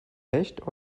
echt